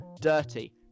dirty